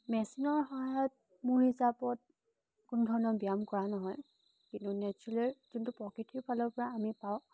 মেচিনৰ সহায়ত মোৰ হিচাপত কোনো ধৰণৰ ব্যায়াম কৰা নহয় কিন্তু নেচুৰেল যোনটো প্ৰকৃতিৰ ফালৰ পৰা আমি পাওঁ